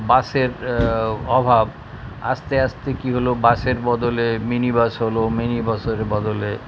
বাসের অভাব আস্তে আস্তে কী হলো বাসের বদলে মিনিবাস হলো মিনিবাসের বদলে